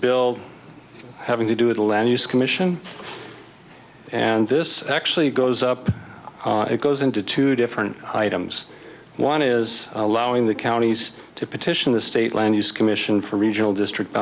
bill having to do it a land use commission and this actually goes up it goes into two different items one is allowing the counties to petition the state land use commission for regional district